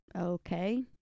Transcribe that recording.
okay